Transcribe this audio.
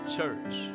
Church